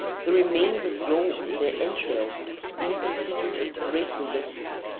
the remains of yolk in their entrails being considered a great delicacy.